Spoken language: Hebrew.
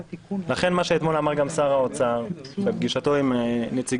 לכן מה שאתמול אמר גם שר האוצר בפגישתו עם נציגי